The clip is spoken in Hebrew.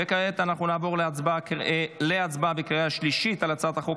כעת אנחנו נעבור להצבעה בקריאה השלישית על הצעת החוק